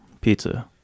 Pizza